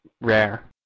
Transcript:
rare